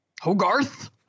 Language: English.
Hogarth